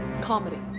Comedy